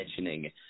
mentioning